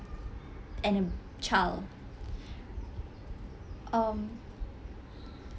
and a child um